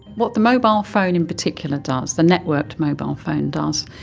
what the mobile phone in particular does, the networked mobile phone does,